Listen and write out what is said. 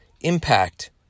impact